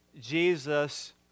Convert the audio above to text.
Jesus